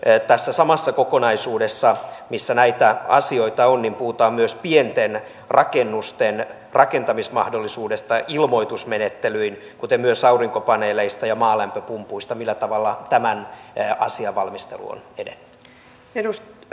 kun tässä samassa kokonaisuudessa missä näitä asioita on puhutaan myös pienten rakennusten rakentamismahdollisuudesta ilmoitusmenettelyin kuten myös aurinkopaneeleista ja maalämpöpumpuista millä tavalla tämän asian valmistelu on edennyt